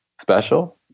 special